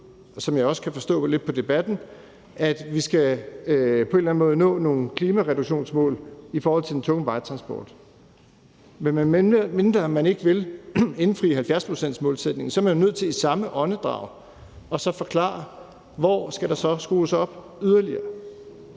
som jeg også kan forstå lidt på debatten, at vi på en eller anden måde skal nå nogle klimareduktionsmål i forhold til den tunge vejtransport, men medmindre man ikke vil indfri 70-procentsmålsætningen, er man nødt til i samme åndedrag så at forklare, hvor der så skal skrues op yderligere.